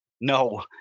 No